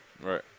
Right